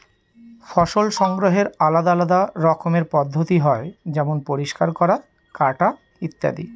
ফসল সংগ্রহের আলাদা আলদা রকমের পদ্ধতি হয় যেমন পরিষ্কার করা, কাটা ইত্যাদি